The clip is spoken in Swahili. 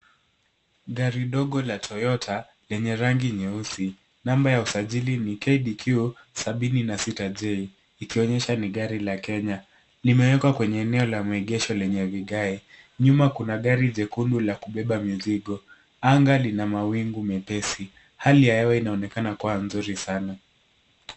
Gari dogo la Toyota lenye rangi nyeusi. Namba ya usajili ni KDQ 076J ikionyesha ni gari la Kenya. Limewekwa kwenye eneo la maegesho lenye vigae. Nyuma kuna gari jekundu la kubeba mizigo. Anga lina mawingu mepesi. Hali ya hewa inaonekana kuwa nzuri sana.